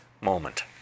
moment